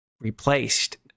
replaced